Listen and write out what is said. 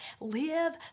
Live